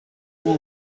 all